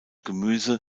gemüse